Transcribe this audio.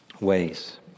ways